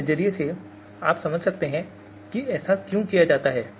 इस नजरिए से आप समझ सकते हैं कि ऐसा क्यों किया जाता है